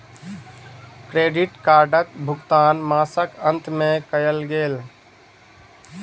credit कार्डक भुगतान मासक अंत में कयल गेल